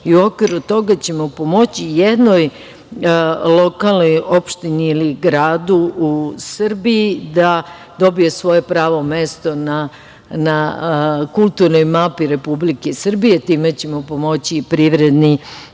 i u okviru toga ćemo pomoći jednoj lokalnoj opštini ili gradu u Srbiji da dobije svoje pravo mesto na kulturnoj mapi Republike Srbije. Time ćemo pomoći privredni